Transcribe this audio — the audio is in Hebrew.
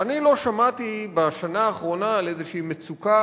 אני לא שמעתי בשנה האחרונה על איזו מצוקה